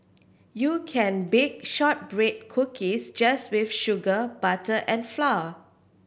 you can bake shortbread cookies just with sugar butter and flour